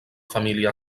família